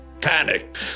panic